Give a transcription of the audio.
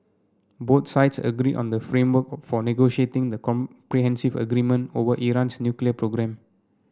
both sides agreed on the framework for negotiating the comprehensive agreement over Iran's nuclear programme